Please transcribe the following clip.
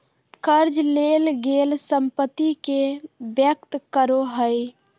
कर्ज लेल गेल संपत्ति के व्यक्त करो हइ